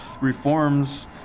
reforms